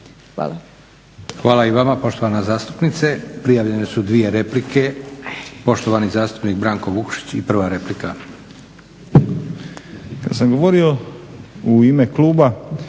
Hvala i vama poštovana zastupnice. Prijavljene su dvije replike. Poštovani zastupnik Branko Vukšić, prva replika.